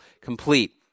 complete